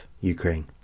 Ukraine